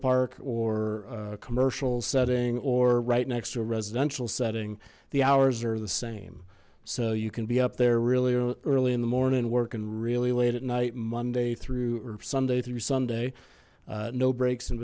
park or a commercial setting or right next to a residential setting the hours are the same so you can be up there really early in the morning working really late at night monday through or sunday through sunday no breaks in